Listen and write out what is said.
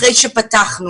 אחרי שפתחנו